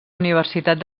universitat